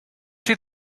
two